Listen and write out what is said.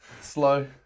slow